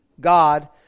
God